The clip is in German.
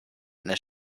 eines